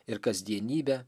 ir kasdienybe